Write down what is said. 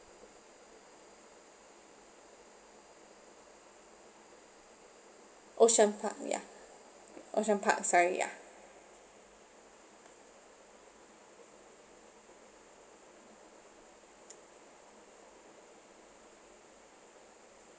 ocean park ya ocean park sorry ya